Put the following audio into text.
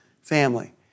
family